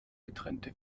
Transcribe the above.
getrennte